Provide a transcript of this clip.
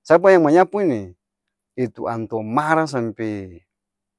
sapa yang manyapu ini? Itu antua marah sampe.